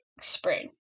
spring